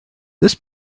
this